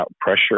pressure